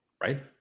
Right